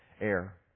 air